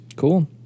Cool